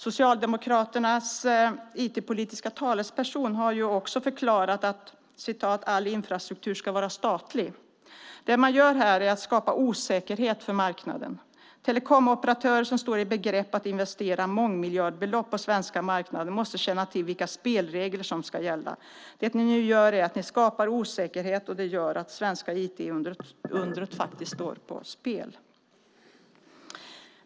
Socialdemokraternas IT-politiska talesperson har också förklarat att "all infrastruktur ska vara statlig". Det man gör här är att skapa osäkerhet på marknaden. Telekomoperatörer som står i begrepp att investera mångmiljardbelopp på svenska marknaden måste känna till vilka spelregler som ska gälla. Det ni nu gör är att ni skapar osäkerhet, och det gör att det svenska IT-undret faktiskt står på spel.